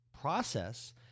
process